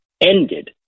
ended